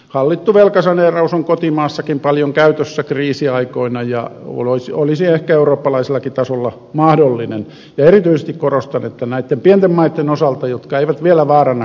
hallittu velkasaneeraus on kotimaassakin paljon käytössä kriisiaikoina ja olisi ehkä eurooppalaisellakin tasolla mahdollinen ja erityisesti korostan näitten pienten maitten osalta jotka eivät vielä vaaranna koko järjestelmää